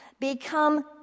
become